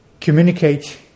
communicate